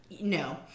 no